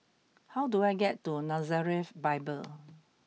how do I get to Nazareth Bible